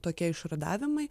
tokie išrudavimai